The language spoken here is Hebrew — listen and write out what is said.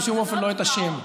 בשום אופן לא את השם.